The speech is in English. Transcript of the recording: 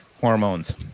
hormones